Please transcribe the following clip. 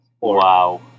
Wow